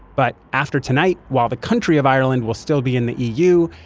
but after tonight, while the country of ireland will still be in the eu,